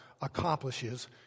accomplishes